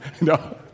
No